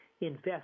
invest